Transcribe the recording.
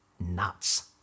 nuts